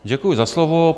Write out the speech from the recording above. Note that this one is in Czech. Děkuji za slovo.